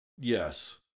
Yes